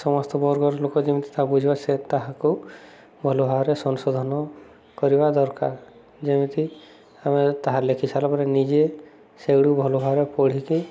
ସମସ୍ତ ବର୍ଗର ଲୋକ ଯେମିତି ତାହା ବୁଝିବା ସେ ତାହାକୁ ଭଲ ଭାବରେ ସଂଶୋଧନ କରିବା ଦରକାର ଯେମିତି ଆମେ ତାହା ଲେଖି ସାରିଲା ପରେ ନିଜେ ସେଗୁଡ଼ିକ ଭଲ ଭାବରେ ପଢ଼ିକି